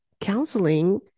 counseling